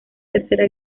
tercera